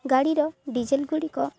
ଗାଡ଼ିର ଡିଜେଲ୍ ଗୁଡ଼ିିକ